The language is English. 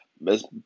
Best